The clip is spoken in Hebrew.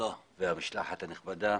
והמשלחת הנכבדה.